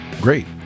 great